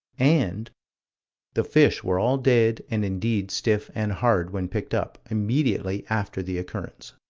and the fish were all dead, and indeed stiff and hard, when picked up, immediately after the occurrence.